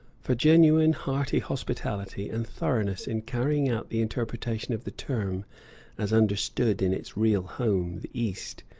for genuine, hearty hospitality, and thoroughness in carrying out the interpretation of the term as understood in its real home, the east,